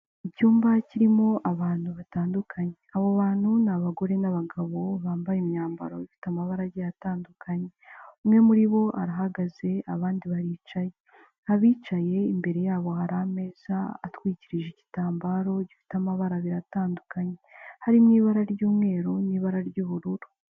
Mu icyumba kirimo abantu batandukanye abo bantu ni abagore n'abagabo bambaye imyambaro ifite amabarage atandukanye umwe muri bo arahagaze abandi bicaye imbere yabo hari ameza atwikirije igitambaro gifite amabara biratandukanye harimo ibara ry'umweru n'ibara ry'ubururu.